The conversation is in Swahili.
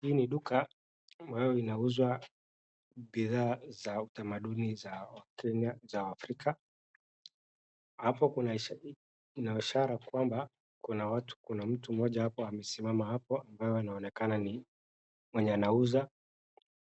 Hii ni duka, ambayo inauzwa bidhaa za utamaduni za wa Kenya, za wa Afrika. Hapo kuna ishara, ina ishara kwamba, kuna watu, kuna mtu mmoja hapo amesimama hapo, ambaye anaonekana ni mwenye anauza,